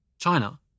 China